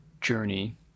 journey